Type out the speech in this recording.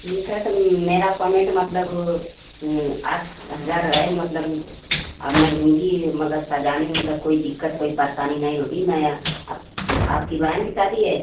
ठीक है तो मेरा फ़ोमेंट मतलब आठ हज़ार है मतलब अब मैं लूँगी मतलब सजाने में मतलब कोई दिक़्क़त कोई परेशानी नहीं होगी मैं आपकी बहन की शादी है